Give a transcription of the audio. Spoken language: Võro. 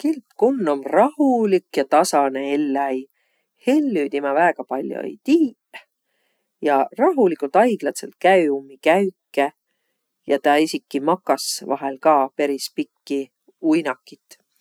Kilpkunn om rahulik ja tasanõ elläi. Hellü timä väega pall'o ei tiiq ja rahuligult, aigladsõlt käü ummi käüke. Ja tä esiki makas vahel ka peris pikki uinakit.